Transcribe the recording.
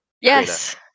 Yes